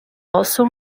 also